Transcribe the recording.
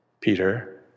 Peter